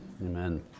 Amen